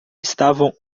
estavam